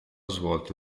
svolto